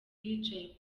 yicaye